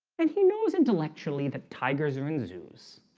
and he knows intellectually the tigers are in zoos